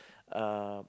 uh